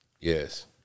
Yes